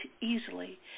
easily